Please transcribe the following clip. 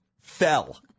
fell